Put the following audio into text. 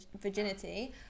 virginity